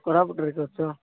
କୋରାପୁଟରେ କି ଅଛ